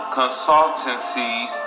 consultancies